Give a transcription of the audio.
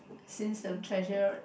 since the treasurer